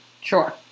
Sure